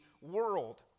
world